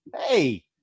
Hey